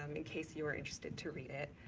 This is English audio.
um in case you are interested to read it.